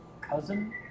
cousin